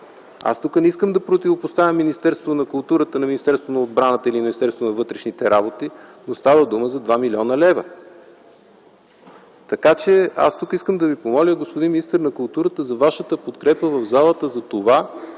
Тук не искам да противопоставям Министерството на културата на Министерството на отбраната или на Министерството на вътрешните работи, но става дума за 2 млн. лв. Така че искам да Ви помоля, господин министър на културата, за Вашата подкрепа в залата за това